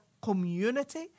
community